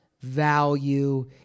value